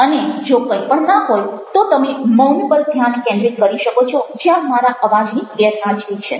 અને જો કંઈ પણ ના હોય તો તમે મૌન પર ધ્યાન કેન્દ્રિત કરી શકો છો જયાં મારા અવાજની ગેરહાજરી છે